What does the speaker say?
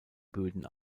böden